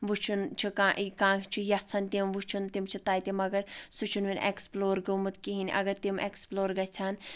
وٕچھُن چھُ کانٛہہ کانٛہہ چھُ یژھان تِم وٕچھُن تِم چھِ تَتہِ مگر سُہ چھُنہٕ وُنہِ اؠکٕسپٕلو ر گومُت کِہیٖنۍ اگر تِم ایٚکٕسپٕلور گژھِ ہن